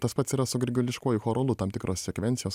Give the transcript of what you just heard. tas pats yra su grigališkuoju choralu tam tikros sekvencijos